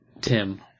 Tim